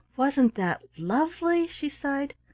wasn't that lovely? she sighed.